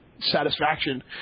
satisfaction